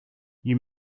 you